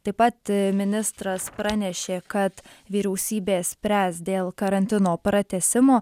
taip pat ministras pranešė kad vyriausybė spręs dėl karantino pratęsimo